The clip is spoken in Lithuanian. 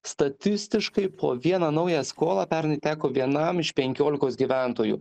statistiškai po vieną naują skolą pernai teko vienam iš penkiolikos gyventojų